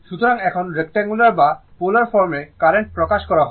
সুতরাং এখন রেক্ট্যাঙ্গুলার বা পোলার ফর্মে কারেন্ট প্রকাশ করা হয়